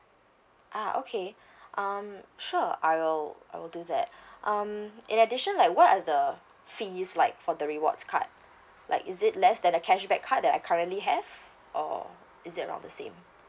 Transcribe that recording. ah okay um sure I will I will do that um in addition like what are the fees like for the rewards card like is it less than a cashback card that I currently have or is it around the same